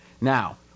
Now